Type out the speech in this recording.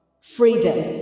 freedom